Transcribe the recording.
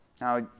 Now